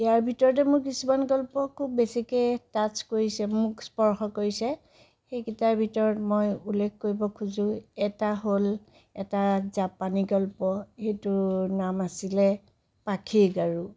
ইয়াৰ ভিতৰতে মোৰ কিছুমান গল্প খুব বেছিকৈ তাচ্ছ কৰিছে মোক স্পৰ্শ কৰিছে সেইকেইটাৰ ভিতৰত মই উল্লেখ কৰিব খোজোঁ এটা হ'ল এটা জাপানী গল্প সেইটোৰ নাম আছিলে পাখীৰ গাৰু